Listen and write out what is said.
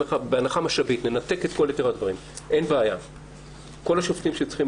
בהנחה שאין בעיה של משאבים וכל השופטים שצריכים